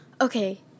Okay